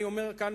אני אומר מכאן,